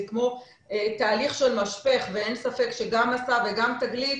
כמו תהליך של משפך ואין ספק שגם מסע וגם תגלית